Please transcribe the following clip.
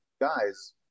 guys